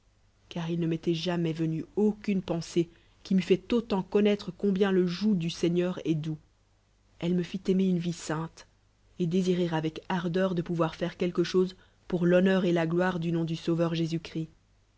car il ne m'étoit jamais venu aucune pensée qui m'edt fait autadt connoitre combien le joug du seigneur est doux elle me fit aimer une vie sainte et désirer avec ardeur de'pouvoir faire quelque chose pour l'honneur et la gloire du nom du sauveur